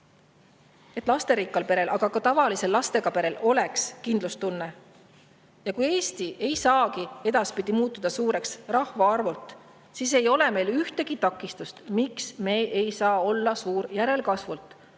et lasterikkal perel, aga ka tavalisel lastega perel oleks kindlustunne. Kui Eesti ei saagi edaspidi muutuda suureks rahvaarvult, siis ei ole meil ühtegi takistust, miks me ei saa olla suur järelkasvult.